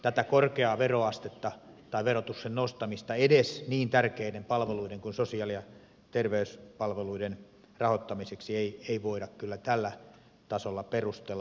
tätä korkeaa veroastetta tai verotuksen nostamista edes niin tärkeiden palveluiden kuin sosiaali ja terveyspalveluiden rahoittamiseksi ei voida kyllä tällä tasolla perustella